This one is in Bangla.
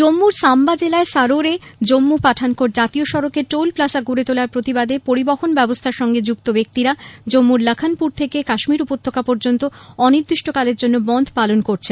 জম্মুর সাম্বা জেলায় সারোরে জম্মু পাঠানকোট জাতীয় সড়কে টোল প্লাজা গড়ে তোলার প্রতিবাদে পরিবহন ব্যবসথার সঙ্গে যুক্ত ব্যক্তিরা জম্মুর লখনপুর থেকে কাশ্মীর উপত্যকা পর্যন্ত অনির্দিষ্টকালের জন্য বনধ পালন করেছে